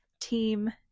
Team